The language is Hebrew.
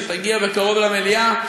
שתגיע בקרוב למליאה,